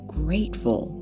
grateful